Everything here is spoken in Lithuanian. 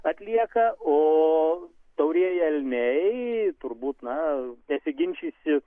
atlieka o taurieji elniai turbūt na nesiginčysi